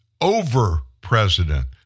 over-president